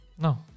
No